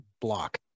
block